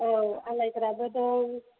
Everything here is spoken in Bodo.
औ आलायग्राबो दं